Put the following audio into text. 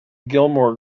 gilmore